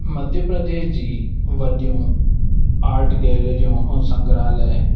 मध्य प्रदेश जी वॾियूं आर्ट गैलरियूं ऐं संग्रहालय